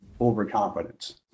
overconfidence